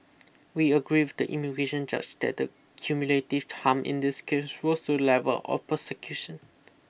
we agree with the immigration judge that the cumulative harm in this case rose to the level of persecution